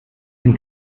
den